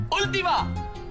¡Última